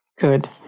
Good